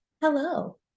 hello